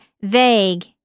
vague